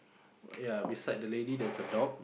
ya beside the lady there's a dog